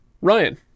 Ryan